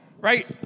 right